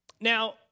Now